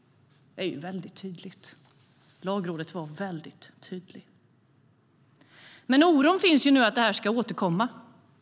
Lagrådet var väldigt tydligt. Oron finns nu att det ska återkomma.